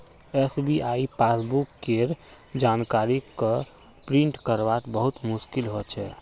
SBI passbook केर जानकारी क प्रिंट करवात बहुत मुस्कील हो छे